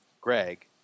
Greg